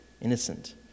innocent